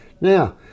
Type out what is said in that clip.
now